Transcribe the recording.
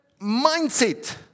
mindset